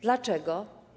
Dlaczego?